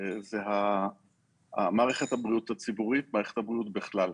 זה מערכת הבריאות הציבורית ומערכת הבריאות בכלל.